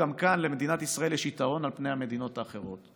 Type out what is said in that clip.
גם כאן למדינת ישראל יש יתרון על פני המדינות האחרות,